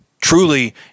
truly